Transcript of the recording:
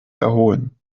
erholen